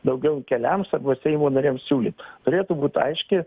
daugiau keliams arba sako seimo nariams siūlyt turėtų būt aiški